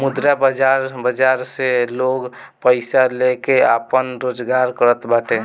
मुद्रा बाजार बाजार से लोग पईसा लेके आपन रोजगार करत बाटे